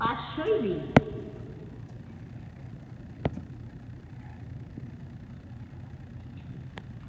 পাঁচশোই দিন